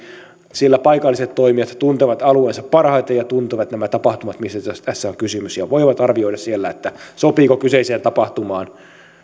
sillä paikalliset toimijat tuntevat alueensa parhaiten ja tuntevat nämä tapahtumat mistä tässä on kysymys ja voivat arvioida siellä sopiiko kyseiseen tapahtumaan